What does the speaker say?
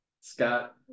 Scott